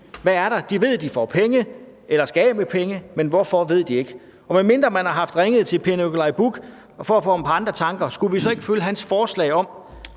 hvad der er. De ved, de får penge eller skal af med penge, men hvorfor ved de ikke. Og medmindre man har haft ringet til Per Nikolaj Bukh for at få ham på andre tanker, skulle vi så ikke følge hans forslag om